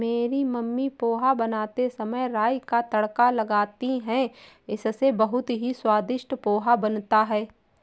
मेरी मम्मी पोहा बनाते समय राई का तड़का लगाती हैं इससे बहुत ही स्वादिष्ट पोहा बनता है